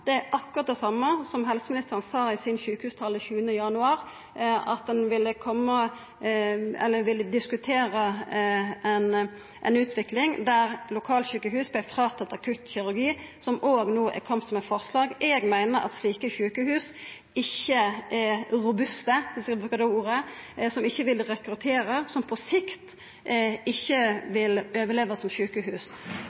sykehusplan, er akkurat det same som helseministeren sa i sin sjukehustale den 7. januar, at ein ville diskutera ei utvikling der lokalsjukehus vert fråtatt akuttkirurgi, noko som òg no er kome som eit forslag. Eg meiner at slike sjukehus ikkje er robuste – eg skal bruka det ordet – som ikkje vil rekruttera, og som på sikt ikkje